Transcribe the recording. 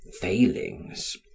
failings